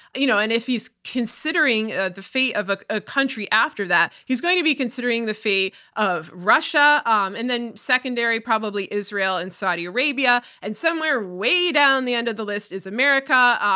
you know and if he's considering ah the fate of a ah country after that, he's going to be considering the fate of russia, um and then secondary probably israel and saudi arabia, and somewhere way down the end of the list is america. ah